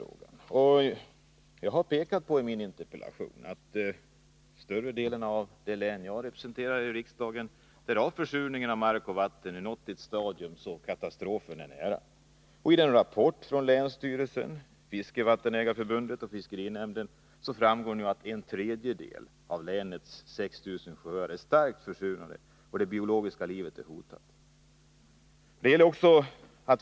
Jag har i min interpellation pekat på att försurningen av mark och vatten i större delen av det län jag representerar här i riksdagen nu nått ett stadium då katastrofen är nära. Av en rapport från länsstyrelsen, Fiskevattenägarförbundet och fiskerinämnden framgår att en tredjedel av länets 6 000 sjöar är starkt försurade och det biologiska livet hotat.